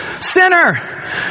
Sinner